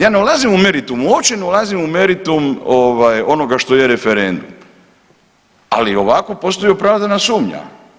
Ja ne ulazim u meritum, uopće ne ulazim u meritum ovaj, onoga što je referendum, ali ovako postoji opravdana sumnja.